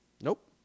Nope